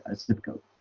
and zip code